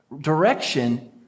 direction